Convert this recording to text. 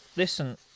Listen